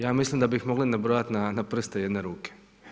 Ja mislim da bi ih mogli nabrojat na prste jedne ruke.